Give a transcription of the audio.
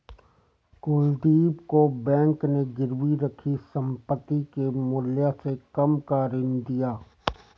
कुलदीप को बैंक ने गिरवी रखी संपत्ति के मूल्य से कम का ऋण दिया